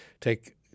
take